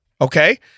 okay